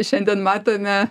šiandien matome